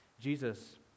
Jesus